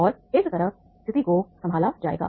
और इस तरह स्थिति को संभाला जाएगा